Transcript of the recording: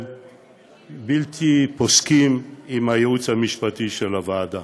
בלתי פוסקים, עם הייעוץ המשפטי של הוועדה.